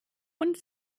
und